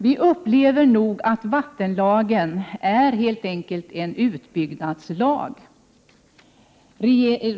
Vi upplever nog att vattenlagen helt enkelt är en utbyggnadslag.